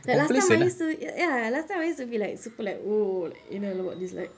like last time I used to ya last time I used to be like super like !whoa! like you know about this like